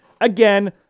again